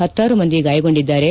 ಹತ್ತಾರು ಮಂದಿ ಗಾಯಗೊಂಡಿದ್ದಾರೆ